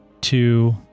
two